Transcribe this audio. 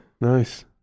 nice